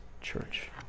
church